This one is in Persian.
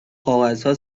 کاغذها